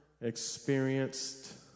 experienced